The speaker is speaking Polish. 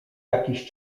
jakiś